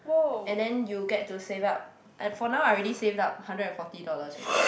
and then you get to save up and for now I already saved up hundred and forty dollars already